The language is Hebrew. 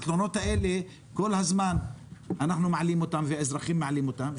התלונות האלה אנחנו מעלים כל הזמן ואזרחים מעלים אותן.